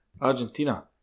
Argentina